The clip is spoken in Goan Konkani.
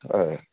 हय